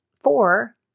Four